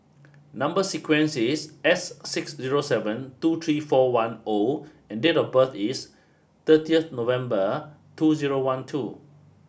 number sequence is S six zero seven two three four one O and date of birth is thirty November two zero one two